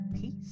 peace